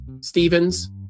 Stevens